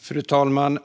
Fru talman!